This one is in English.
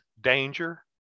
danger